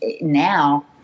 now